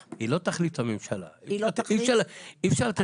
אי אפשר לתת לה סמכויות.